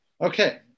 Okay